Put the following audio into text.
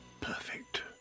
Perfect